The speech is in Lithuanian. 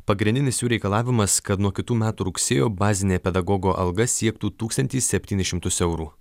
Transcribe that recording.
pagrindinis jų reikalavimas kad nuo kitų metų rugsėjo bazinė pedagogo alga siektų tūkstantį septynis šimtus eurų